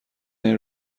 این